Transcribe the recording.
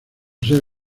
sede